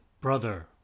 Brother